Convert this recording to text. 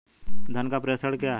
धन का प्रेषण क्या है?